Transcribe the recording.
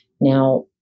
now